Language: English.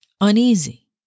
uneasy